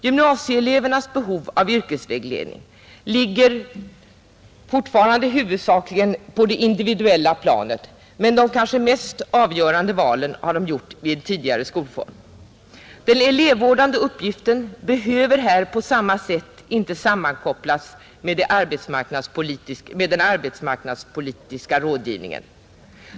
Gymnasieelevernas behov av yrkesvägledning ligger fortfarande huvudsakligen på det individuella planet; men de kanske mest avgörande valen har de gjort i en tidigare skolform. Den elevvårdande uppgiften behöver här inte på samma sätt sammankopplas med den arbetsmarknadspolitiska rådgivningen.